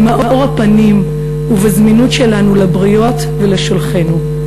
במאור הפנים ובזמינות שלנו לבריות ולשולחינו.